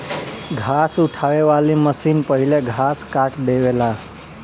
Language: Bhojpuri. घास उठावे वाली मशीन पहिले घास काट देवेला